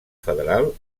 federal